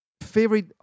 Favorite